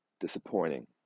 disappointing